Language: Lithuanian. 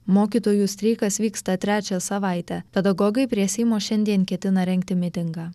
mokytojų streikas vyksta trečią savaitę pedagogai prie seimo šiandien ketina rengti mitingą